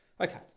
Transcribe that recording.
Okay